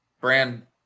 brand